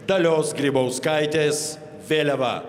dalios grybauskaitės vėliava